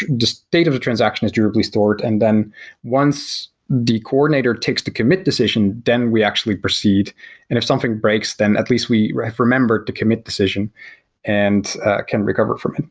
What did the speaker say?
the state of the transaction is durably stored, and then once the coordinator takes the commit decision, then we actually proceed and if something breaks, then at least we have remembered to commit decision and can recover from it.